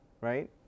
right